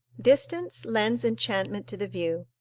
distance lends enchantment to the view.